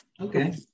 Okay